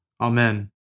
Amen